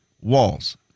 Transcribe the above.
Walls